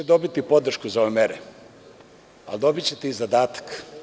Dobićete podršku za ove mere, ali dobićete i zadatak.